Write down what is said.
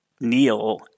Neil